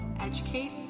Educate